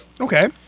Okay